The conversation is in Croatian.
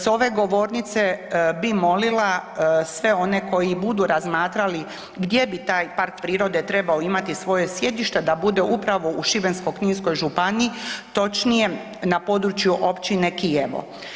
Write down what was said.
S ove govornice bi molila sve one koji budu razmatrali gdje bi taj park prirode trebao imati svoje sjedište, da bude upravo u Šibensko-kninskoj županiji, točnije na području općine Kijevo.